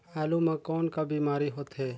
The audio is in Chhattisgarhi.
आलू म कौन का बीमारी होथे?